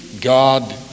God